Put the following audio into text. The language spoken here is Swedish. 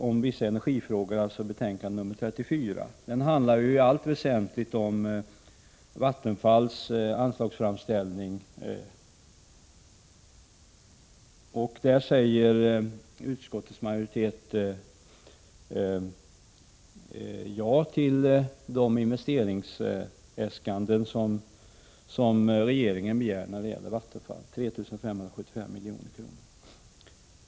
Propositionen har legat till grund för näringsutskottets betänkande 34. Det handlar i allt väsentligt om Vattenfalls anslagsframställning. Utskottets majoritet har sagt ja till de investeringsäskanden som regeringen framfört när det gäller Vattenfall, 3 575 milj.kr.